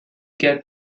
get